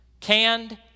canned